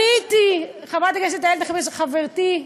פניתי, חברת הכנסת איילת נחמיאס, חברתי.